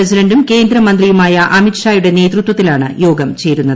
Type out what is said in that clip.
പ്രസിഡന്റും കേന്ദ്രമന്ത്രിയുമായ അമിത് ഷായുടെ നേതൃത്വത്തിലാണ് യോഗം ചേരുന്നത്